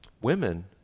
Women